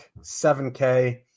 7K